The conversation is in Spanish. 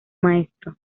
maestro